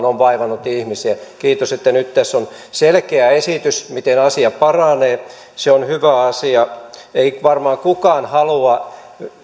on vaivannut ihmisiä kiitos että nyt tässä on selkeä esitys miten asia paranee se on hyvä asia ei varmaan kukaan halua